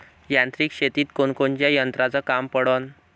यांत्रिक शेतीत कोनकोनच्या यंत्राचं काम पडन?